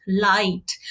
light